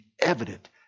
evident